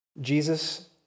Jesus